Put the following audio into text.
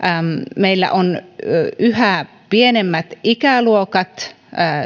meillä on yhä pienemmät ikäluokat